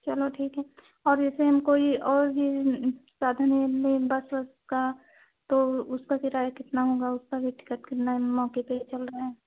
चलो ठीक है और जैसे हम कोई और भी है साधन है बस वस का तो उसका किराया कितना होगा उसका भी टिकट कितना मौके पर चल रहा है